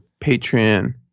Patreon